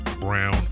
Brown